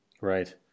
Right